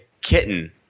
kitten